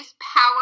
power